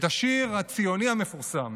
את השיר הציוני המפורסם